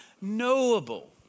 knowable